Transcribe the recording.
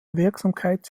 wirksamkeit